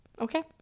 okay